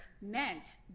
meant